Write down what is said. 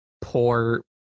Poor